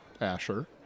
Asher